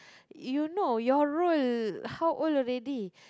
you know your role how old already